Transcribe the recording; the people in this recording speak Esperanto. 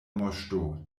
moŝto